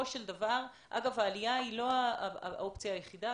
אגב, העלייה היא לא האופציה היחידה.